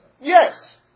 Yes